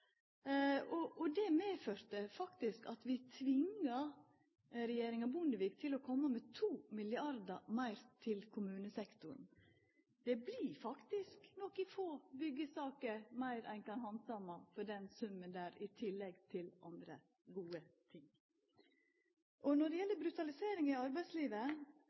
av fire. Det medførte faktisk at vi tvinga regjeringa Bondevik til å koma med 2 mrd. kr meir til kommunesektoren. Det vert faktisk nokre få byggjesaker meir ein kan handsama for den summen der, i tillegg til andre gode ting. Så til brutalisering i arbeidslivet.